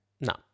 No